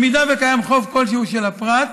אם יש חוב כלשהו של הפרט,